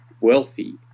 wealthy